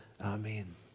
Amen